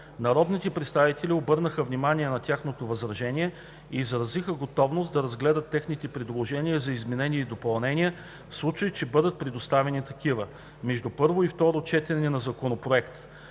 Народните представители обърнаха внимание на тяхното възражение и изразиха готовност да разгледат техните предложения за изменение и допълнение, в случай че бъдат представени такива между първо и второ четене на Законопроекта.